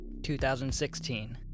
2016